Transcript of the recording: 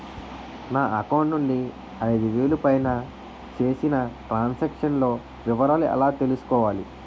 నా అకౌంట్ నుండి ఐదు వేలు పైన చేసిన త్రం సాంక్షన్ లో వివరాలు ఎలా తెలుసుకోవాలి?